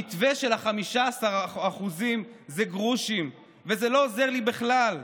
המתווה של ה-15% זה גרושים וזה לא עוזר לי בכלל.